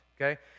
okay